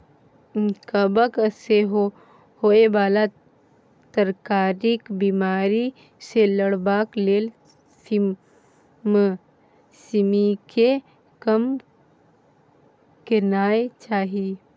कवक सँ होए बला तरकारीक बिमारी सँ लड़बाक लेल सिमसिमीकेँ कम केनाय चाही